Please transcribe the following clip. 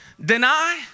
deny